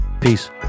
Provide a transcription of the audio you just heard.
peace